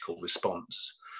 response